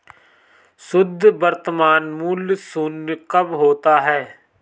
शुद्ध वर्तमान मूल्य शून्य कब होता है?